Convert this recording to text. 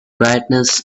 brightness